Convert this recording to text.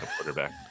quarterback